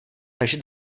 takže